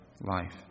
life